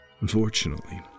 Unfortunately